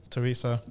Teresa